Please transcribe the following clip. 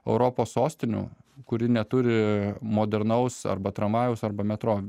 europos sostinių kuri neturi modernaus arba tramvajaus arba metro